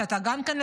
שאתה גם כן,